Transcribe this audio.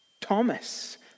Thomas